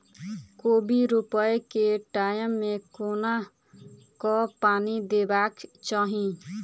कोबी रोपय केँ टायम मे कोना कऽ पानि देबाक चही?